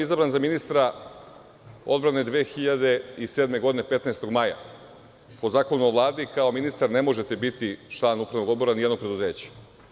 Izabran sam za ministra odbrane 2007. godine 15. maja po Zakonu o Vladi kao ministar ne možete biti član upravnog odbora nijednog preduzeća.